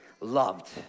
loved